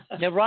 Now